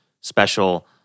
special